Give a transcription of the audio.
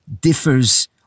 differs